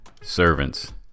Servants